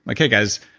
okay guys,